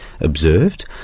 observed